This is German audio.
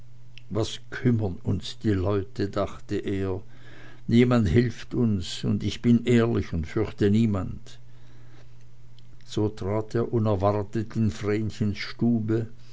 was kümmern uns die leute dachte er niemand hilft uns und ich bin ehrlich und fürchte niemand so trat er unerwartet in vrenchens stube